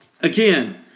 again